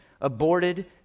aborted